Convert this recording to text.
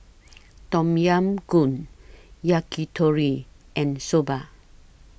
Tom Yam Goong Yakitori and Soba